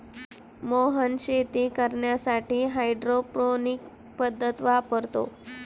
मोहन शेती करण्यासाठी हायड्रोपोनिक्स पद्धत वापरतो